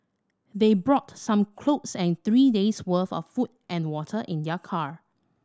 they brought some clothes and three days' worth of food and water in their car